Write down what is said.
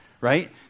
right